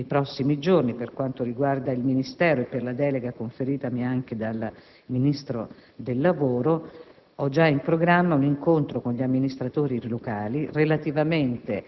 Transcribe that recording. Infine, sottolineo che nei prossimi giorni, per quanto riguarda il Ministero e per la delega conferitami dal Ministro del lavoro,